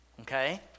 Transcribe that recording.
Okay